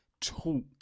talk